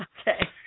Okay